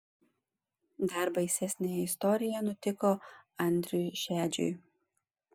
dar baisesnė istorija nutiko andriui šedžiui